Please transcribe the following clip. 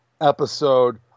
episode